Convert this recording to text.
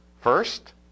first